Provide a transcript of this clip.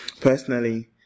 Personally